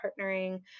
partnering